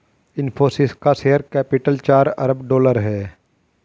इनफ़ोसिस का share capital चार अरब डॉलर है